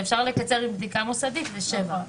שאפשר לקצר עם בדיקה מוסדית לשבעה.